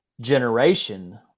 generation